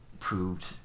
Proved